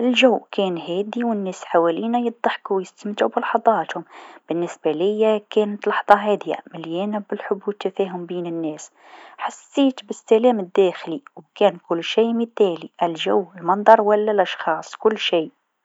الجو كان هادي و ناس حولينا يضحكو و يستمتعو باللحظاتهم، بالنسبة ليا كانت لحظه هاديه مليانه بالحب و التفاهم بين الناس، حسيت بالسلام الداخلي و كان كل شيء مثالي الجو والمنظر و لا الأشخاص، كل شيء.